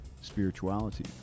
spirituality